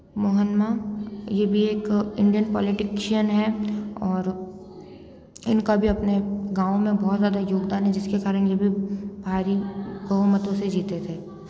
मोहनमां ये भी एक इंडियन पॉलिटीशियन हैं और इनका भी अपने गाँव में बहुत ज़्यादा योगदान है जिसके कारण ये भी भारी बहुमतों से जीते थे